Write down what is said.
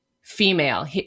female